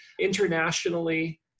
internationally